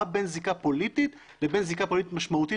מה בין זיקה פוליטית לזיקה פוליטית משמעותית